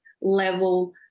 level